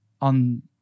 on